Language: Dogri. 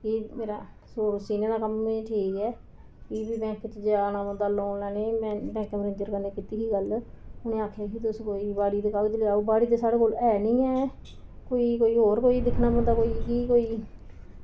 कि मेरी सूट सीने दा कम्म बी ठीक ऐ भी बी जाना पौंदा लोन लैने गी बैंक मेनैजर कन्नै कीती ही गल्ल ते उ'नें आखेआ कि तुस कोई बाड़ी दे कागज लगाओ ते बाड़ी दे कागज़ ऐ निं ऐ कोई कोई होर दिक्खना पौंदा कोई